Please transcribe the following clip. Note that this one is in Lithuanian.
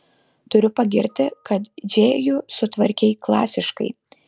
turiu pagirti kad džėjų sutvarkei klasiškai